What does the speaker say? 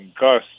Gus